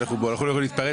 תודה.